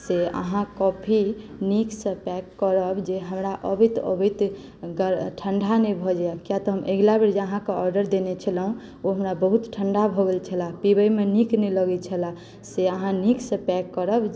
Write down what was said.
से अहाँ कॉपी नीकसँ पैक करब जे हमरा अबैत अबैत हुनकर ठण्डा नहि भऽ जाय कियातऽ हम अगिला बेर जे अहाँकेँ ऑर्डर देने छलहुँ ओ हमरा बहुत ठण्डा भऽ गेल छलऽ पीबैमे नीक नहि लगै छलऽ से अहाँ नीकसँ पैक करब